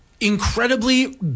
incredibly